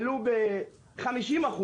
ולו ב-50%,